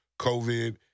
COVID